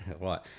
right